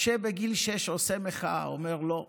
משה בגיל שש עושה מחאה, הוא אומר: לא,